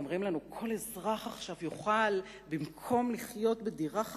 אומרים לנו: כל אזרח עכשיו יוכל במקום לחיות בדירה חכורה,